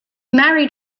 married